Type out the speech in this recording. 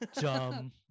dumb